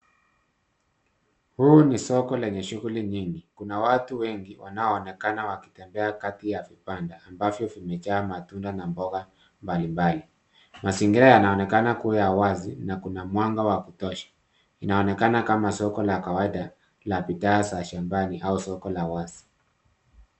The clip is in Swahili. Hii ni soko lenye shughuli nyingi. Kuna watu wengi wanaoonekana wakitembea kati ya vibanda ambavyo vimejaa matunda na mboga mbalimbali. Mazingira yanaonekana kuwa ya wazi na kuna mwanga wa kutosha inaonekana kama soko la kawaida ya bidhaa ya shambani au soko la wazi.